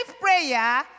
prayer